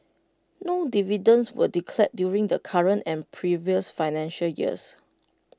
no dividends were declared during the current and previous financial years